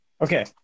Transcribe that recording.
Okay